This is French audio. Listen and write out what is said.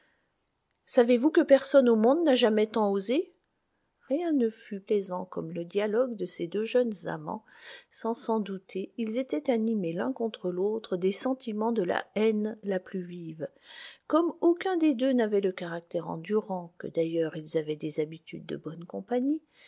savez-vous que personne au monde n'a jamais tant osé rien ne fut plaisant comme le dialogue de ces deux jeunes amants sans s'en douter ils étaient animés l'un contre l'autre des sentiments de la haine la plus vive comme aucun des deux n'avait le caractère endurant que d'ailleurs ils avaient des habitudes de bonne compagnie